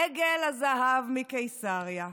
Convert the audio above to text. עגל הזהב מקיסריה.